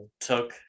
took